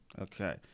Okay